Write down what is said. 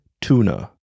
Tuna